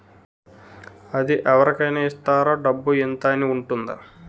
అది అవరి కేనా ఇస్తారా? డబ్బు ఇంత అని ఉంటుందా?